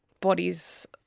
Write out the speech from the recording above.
bodies